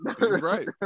right